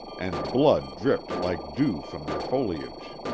and blood dripped like dew from their foliage.